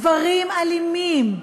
דברים אלימים.